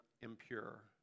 impure